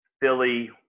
Philly